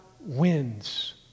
wins